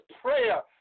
prayer